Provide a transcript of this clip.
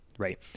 Right